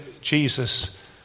Jesus